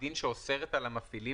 בעצמו או באמצעות אחר,